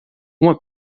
uma